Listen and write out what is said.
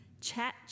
Chat